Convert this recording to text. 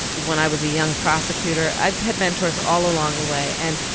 when i was a young prosecutor. i've had mentors all along the way and,